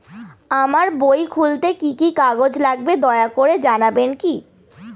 আমার বই খুলতে কি কি কাগজ লাগবে দয়া করে জানাবেন কি?